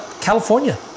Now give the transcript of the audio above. California